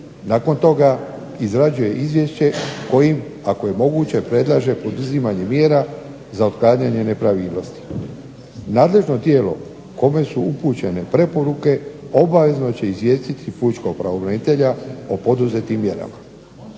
Nakon toga izrađuje izvješće kojim ako je moguće predlaže poduzimanje mjera za otklanjanje nepravilnosti. Nadležno tijelo kome su upućene preporuke obavezno će izvijestiti pučkog pravobranitelja o poduzetim mjerama.